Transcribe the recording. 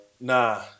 nah